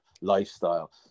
lifestyle